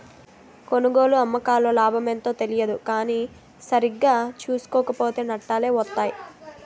కొనుగోలు, అమ్మకాల్లో లాభమెంతో తెలియదు కానీ సరిగా సూసుకోక పోతో నట్టాలే వొత్తయ్